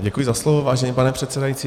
Děkuji za slovo, vážený pane předsedající.